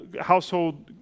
household